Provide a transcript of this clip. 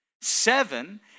Seven